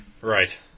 Right